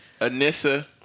Anissa